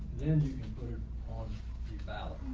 then you can put it on the ballot.